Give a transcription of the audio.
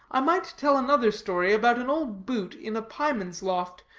i might tell another story about an old boot in a pieman's loft,